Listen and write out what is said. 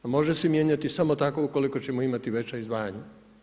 A može se mijenjati samo tako ukoliko ćemo imati veća izdvajanja.